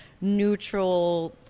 neutral